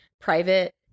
private